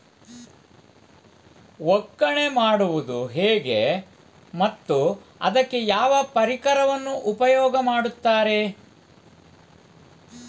ಒಕ್ಕಣೆ ಮಾಡುವುದು ಹೇಗೆ ಮತ್ತು ಅದಕ್ಕೆ ಯಾವ ಪರಿಕರವನ್ನು ಉಪಯೋಗ ಮಾಡುತ್ತಾರೆ?